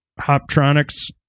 Hoptronics